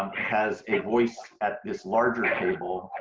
um has a voice at this larger table.